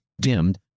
Dimmed